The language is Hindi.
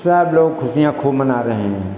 सब लोग खुशियाँ खूब मना रहे हैं